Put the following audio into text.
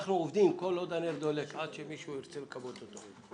אנחנו עובדים כל עוד הנר דולק עד שמישהו ירצה לכבות אותו.